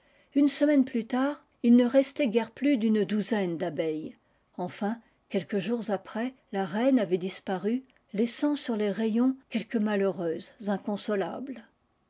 une semaine plus tard il ne restait guère plus d'une douzaine d'abeilles enfin quelques jours après la reine avait disparu laissant sur les rayons quelques malheureuses inconsolables